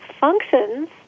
functions